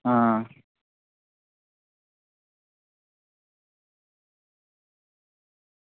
आं